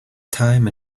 time